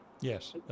Yes